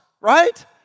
right